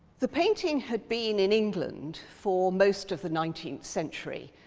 the painting had been in england for most of the nineteenth century,